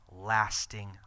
lasting